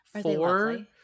four